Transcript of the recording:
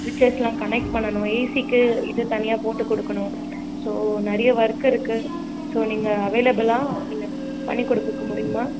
சுவிட்சஸெலாம் connect பண்ணணும் ஏசிக்கு இது தனியாக போட்டு கொடுக்கணும் ஸோ நிறைய ஒர்க் இருக்குது ஸோ நீங்கள் அவைளபிலா இல்லை பண்ணி கொடுக்க முடியுமா